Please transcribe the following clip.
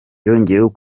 yongeyeho